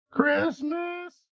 Christmas